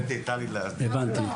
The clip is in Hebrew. הבנתי.